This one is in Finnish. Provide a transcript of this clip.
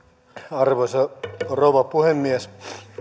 arvoisa rouva puhemies